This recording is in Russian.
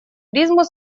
призму